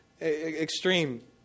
extreme